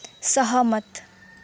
सहमत